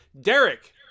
Derek